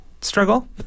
struggle